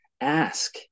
ask